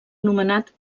nomenat